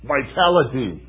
Vitality